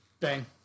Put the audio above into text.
Bang